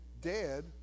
dead